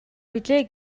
билээ